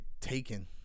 taken